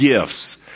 gifts